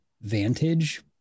vantage